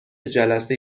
جلسه